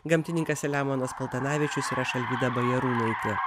gamtininkas selemonas paltanavičius ir aš alvyda bajarūnaitė